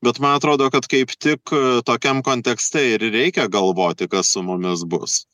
bet man atrodo kad kaip tik tokiam kontekste ir reikia galvoti kas su mumis bus